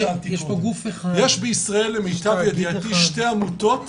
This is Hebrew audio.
יש בישראל למיטב ידיעתי שתי עמותות